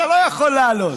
אתה לא יכול לעלות.